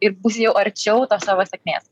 ir būsi jau arčiau tos savo sėkmės